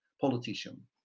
politician